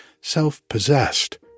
self-possessed